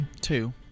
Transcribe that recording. Two